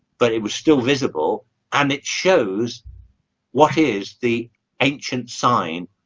but it was still visible and it shows what is the ancient sign?